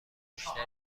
بیشتری